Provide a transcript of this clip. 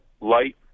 light